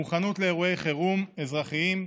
מוכנות לאירועי חירום אזרחיים,